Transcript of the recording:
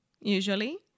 usually